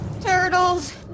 Turtles